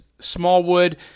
Smallwood